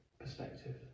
perspective